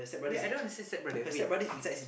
wait I don't understand stepbrother wait